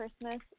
Christmas